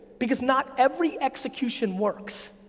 because not every execution works.